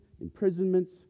imprisonments